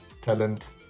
talent